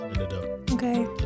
okay